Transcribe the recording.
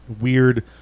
weird